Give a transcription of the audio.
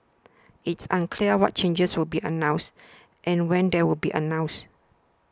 it is unclear what changes will be announced and when they will be announced